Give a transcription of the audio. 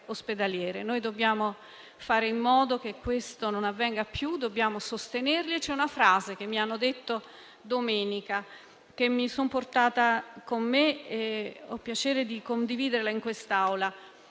Dobbiamo fare in modo che questo non avvenga più, dobbiamo sostenerli. C'è una frase che mi hanno detto domenica, che mi ha toccata per cui ho piacere di condividerla in quest'Assemblea.